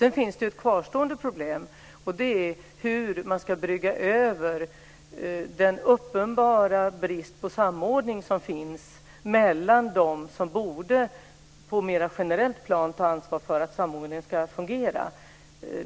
Sedan finns ett kvarstående problem, nämligen hur man ska brygga över den uppenbara bristen på samordning mellan dem som på ett mer generellt plan borde ta ansvar för att samordningen ska fungera.